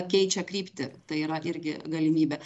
keičia kryptį tai yra irgi galimybė